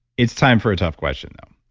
it's time for a tough question now.